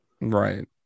right